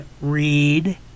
read